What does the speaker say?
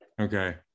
Okay